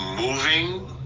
moving